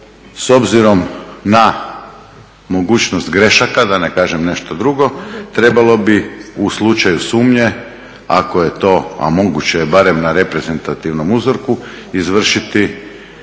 s obzirom na mogućnost grešaka da ne kažem nešto drugo trebalo bi u slučaju sumnje ako je to, a moguće je barem na reprezentativnom uzorku izvršiti